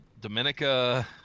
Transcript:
Dominica